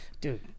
Dude